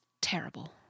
terrible